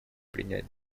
принять